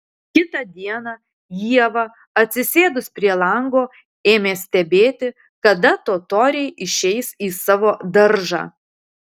kitą dieną ieva atsisėdus prie lango ėmė stebėti kada totoriai išeis į savo daržą